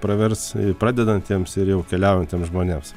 pravers pradedantiems ir jau keliaujantiems žmonėms